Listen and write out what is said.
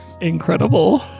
incredible